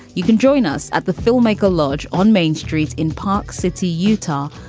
you can join us at the filmmaker lodge on main street in park city, utah,